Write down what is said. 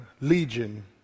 legion